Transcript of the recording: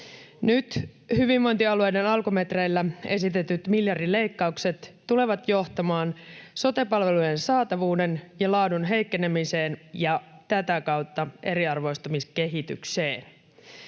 Nyt hyvinvointialueiden alkumetreillä esitetyt miljardileikkaukset tulevat johtamaan sote-palvelujen saatavuuden ja laadun heikkenemiseen ja tätä kautta eriarvoistumiskehitykseen.